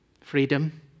freedom